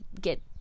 get